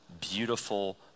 beautiful